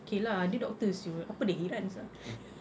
K lah dia doctor [siol] apa dia heran sia